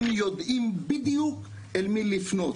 הם יודעים בדיוק למי לפנות.